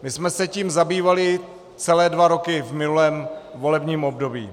My jsme se tím zabývali celé dva roky v minulém volebním období.